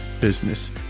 business